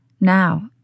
Now